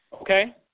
okay